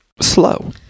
slow